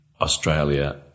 Australia